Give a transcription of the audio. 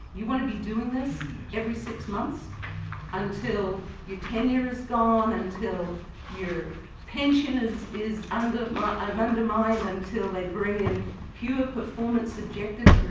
you want to be doing this every six months until your tenure is gone, until your pension is is and um undermined until they bring in fewer performance objectives